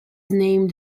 named